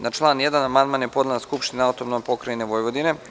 Na član 1. amandman je podnela Skupština Autonomne pokrajine Vojvodine.